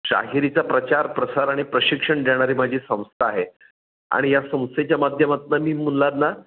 शाहिरीचा प्रचार प्रसार आणि प्रशिक्षण देणारी माझी संस्था आहे आणि या संस्थेच्या माध्यमातनं मी मुलांना